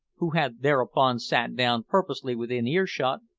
who had thereupon sat down purposely within earshot,